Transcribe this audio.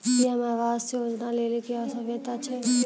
PM आवास योजना लेली की योग्यता छै?